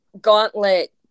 gauntlet